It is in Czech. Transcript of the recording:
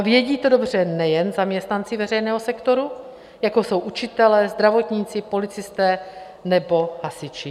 Vědí to dobře nejen zaměstnanci veřejného sektoru, jako jsou učitelé, zdravotníci, policisté nebo hasiči.